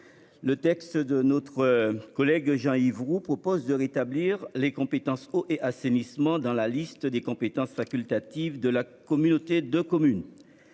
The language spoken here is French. de loi de notre collègue Jean-Yves Roux entend rétablir les compétences eau et assainissement dans la liste des compétences facultatives de la communauté de communes.